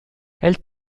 elle